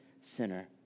sinner